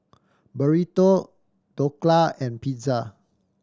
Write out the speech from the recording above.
Burrito Dhokla and Pizza